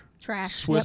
trash